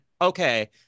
Okay